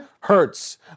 hurts